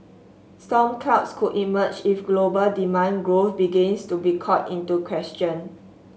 storm clouds could emerge if global demand growth begins to be called into question